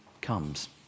comes